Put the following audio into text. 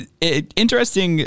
interesting